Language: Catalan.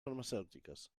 farmacèutiques